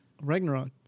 Ragnarok